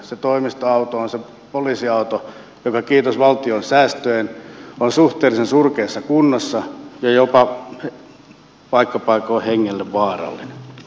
se toimistoauto on se poliisiauto joka kiitos valtion säästöjen on suhteellisen surkeassa kunnossa ja jopa paikka paikoin hengelle vaarallinen